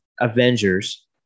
Avengers